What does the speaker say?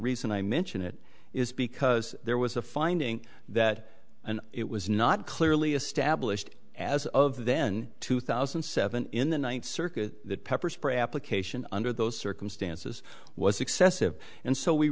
reason i mention it is because there was a finding that and it was not clearly established as of then two thousand and seven in the ninth circuit pepper spray application under those circumstances was excessive and so we